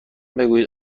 بگویید